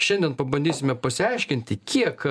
šiandien pabandysime pasiaiškinti kiek